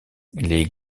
les